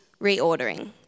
reordering